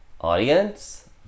audience